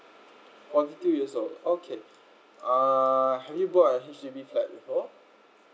forty two years old okay uh have you bought a H_D_B flat before